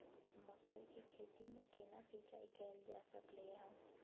मकई की खेती में केना सिंचाई कैल जा सकलय हन?